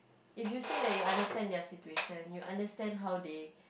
if you say that you understand their situation you understand how they